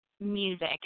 music